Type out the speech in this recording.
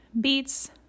beets